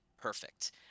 perfect